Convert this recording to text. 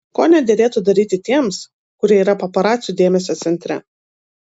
ko nederėtų daryti tiems kurie yra paparacių dėmesio centre